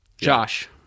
Josh